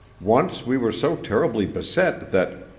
once we were so terribly beset that,